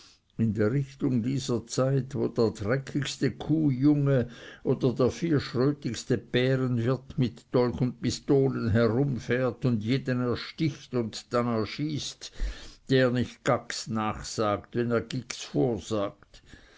in der richtung dieser zeit wo der dreckigste kuhjunge oder der vierschrötigste bärenwirt mit dolch und pistolen umherfährt und jeden ersticht und dann erschießt der nicht gax nachsagt wenn er